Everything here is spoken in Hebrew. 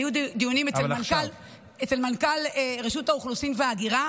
היו דיונים אצל מנכ"ל רשות האוכלוסין וההגירה.